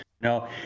No